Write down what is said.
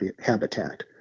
habitat